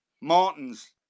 Martins